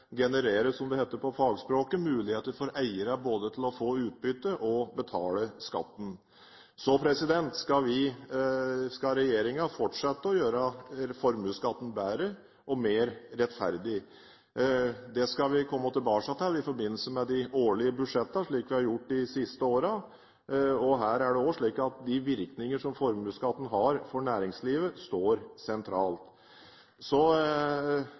– som det heter på fagspråket – muligheter for eiere til både å få utbytte og betale skatten. Så skal regjeringen fortsette å gjøre formuesskatten bedre og mer rettferdig. Det skal vi komme tilbake til i forbindelse med de årlige budsjetter, slik vi har gjort de siste årene. Her er det også slik at de virkninger som formuesskatten har for næringslivet, står sentralt.